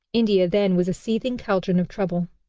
india then was a seething caldron of trouble.